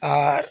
ᱟᱨ